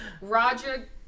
Roger